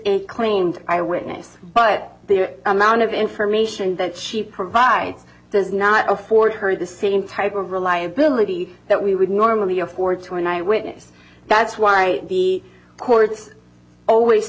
claimed i witness but the amount of information that she provides does not afford her the same type of reliability that we would normally afford to an eye witness that's why the courts always